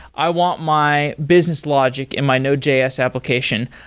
i want my business logic in my node js application.